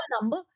number